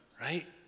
right